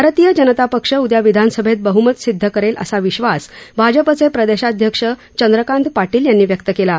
भारतीय जनता पक्ष उद्या विधानसभेत बहमत सिद्ध करेल असा विश्वास भाजपचे प्रदेशाध्यक्ष चंद्रकांत पाटील यांनी व्यक्त केला आहे